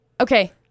Okay